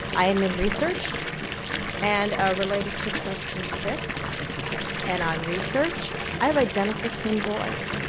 i'm in research and ah related to question six and on research i have identical twin boys,